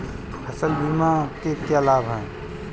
फसल बीमा के क्या लाभ हैं?